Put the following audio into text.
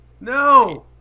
No